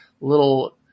little